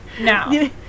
Now